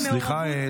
סליחה,